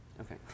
Okay